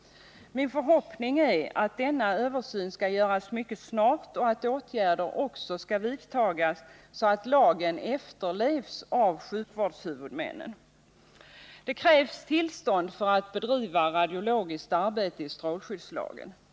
Min förhoppning är att denna översyn skall göras mycket snart och åtgärder också vidtagas så att lagen efterlevs av sjukvårdshuvudmännen. Tillstånd enligt strålskyddslagen krävs för att radiologiskt arbete skall få bedrivas.